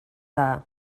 dda